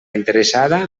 interessada